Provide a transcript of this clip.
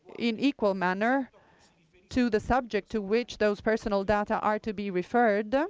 in equal manner to the subject to which those personal data are to be referred